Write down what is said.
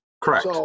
Correct